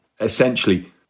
essentially